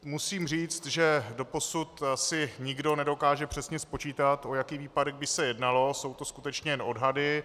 Musím říct, že doposud si nikdo nedokáže přesně spočítat, o jaký výpadek by se jednalo, jsou to skutečně jen odhady.